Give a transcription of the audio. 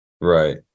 Right